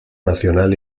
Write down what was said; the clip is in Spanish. nacional